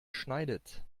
schneidet